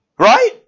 Right